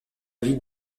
ville